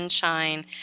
Sunshine